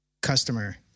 customer